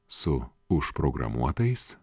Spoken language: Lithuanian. su užprogramuotais